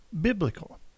biblical